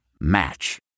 Match